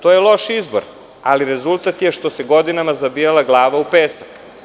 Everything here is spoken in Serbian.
To je loš izbor, ali rezultat je što se godinama zabijala glava u pesak.